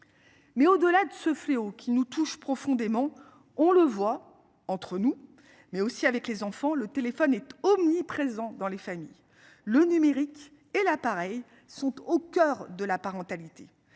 Mais au-delà de ce fléau qui nous touche profondément, on le voit entre nous mais aussi avec les enfants, le téléphone est omniprésent dans les familles le numérique et l'appareil sont au coeur de la parentalité.